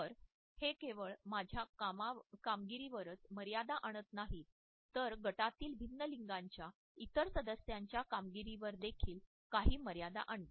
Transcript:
तर हे केवळ माझ्या कामगिरीवरच मर्यादा आणत नाही तर गटातील भिन्न लिंगांच्या इतर सदस्यांच्या कामगिरीवर देखील काही मर्यादा आणते